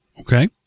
Okay